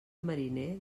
mariner